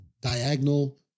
diagonal